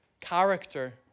Character